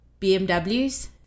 BMWs